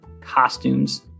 costumes